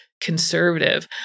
Conservative